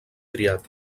triat